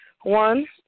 One